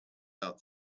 out